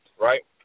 right